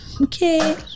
okay